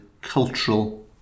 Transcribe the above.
cultural